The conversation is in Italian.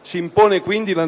Si impone quindi una